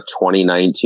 2019